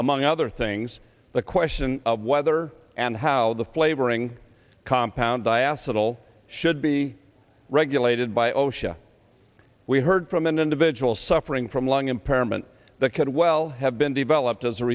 among other things the question of whether and how the flavoring compound i asked little should be regulated by osha we heard from an individual suffering from lung impairment that could well have been developed as a